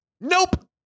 nope